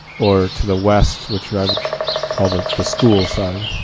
or to the west, which i would call the the school side?